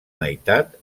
meitat